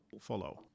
follow